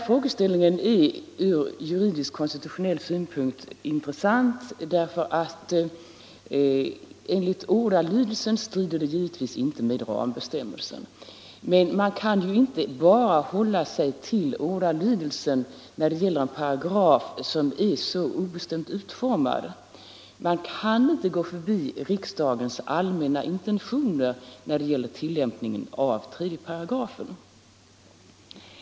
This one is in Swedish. Frågeställningen är ur juridisk-konstitutionell synpunkt intressant, för enligt ordalydelsen strider förfarandet givetvis inte mot rambestämmelsen. Men man kan ju inte bara hålla sig till ordalydelsen när det gäller en paragraf som är så obestämt utformad. Man kan inte gå förbi riksdagens allmänna intentioner när det gäller tillämpningen av 3§.